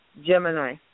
Gemini